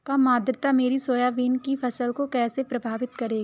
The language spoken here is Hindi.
कम आर्द्रता मेरी सोयाबीन की फसल को कैसे प्रभावित करेगी?